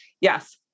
Yes